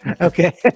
okay